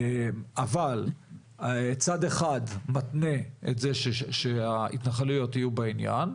אבל צד אחד מתנה את זה שההתנחלויות יהיו בעניין,